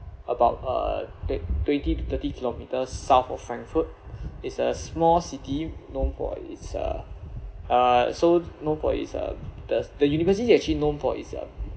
about uh take twenty to thirty kilometre south of frankfurt it's a small city known for its uh uh so known for it's uh the the university's actually known for its uh